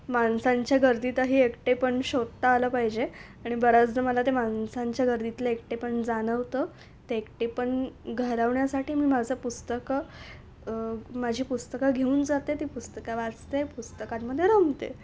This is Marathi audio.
माणसांच्या गर्दीतही एकटेपण शोधता आलं पाहिजे आणि बऱ्याचदा मला ते माणसांच्या गर्दीतलं एकटेपण जाणवतं ते एकटेपण घालवण्यासाठी मी माझं पुस्तकं माझी पुस्तकं घेऊन जाते ती पुस्तकं वाचते पुस्तकांमध्ये रमते